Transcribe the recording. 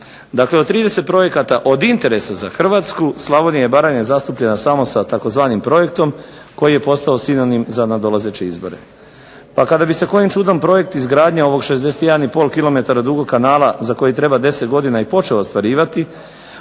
Dakle, od 30 projekata od interesa za Hrvatsku Slavonija i Baranja je zastupljena samo sa tzv. projektom koji je postao sinonim za nadolazeće izbore. A kada bi se kojim čudom projekt izgradnje ovog 61 i pol kilometara dugog kanala za koji treba 10 godina i počeo ostvarivati